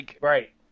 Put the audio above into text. Right